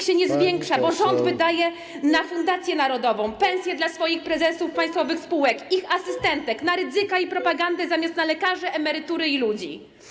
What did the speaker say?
Pani poseł... ...nie zwiększa się, bo rząd wydaje na fundację narodową, pensje dla swoich prezesów państwowych spółek, ich asystentek, na Rydzyka i propagandę, zamiast na lekarzy, emerytury i ludzi.